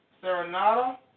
Serenata